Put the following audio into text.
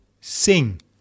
Sing